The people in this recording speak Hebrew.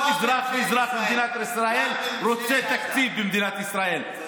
כל אזרח ואזרח במדינת ישראל רוצה תקציב למדינת ישראל,